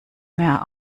mehr